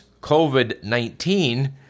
COVID-19